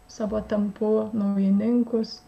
savo tempu naujininkus